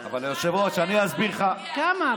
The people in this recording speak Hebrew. כמה?